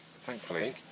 Thankfully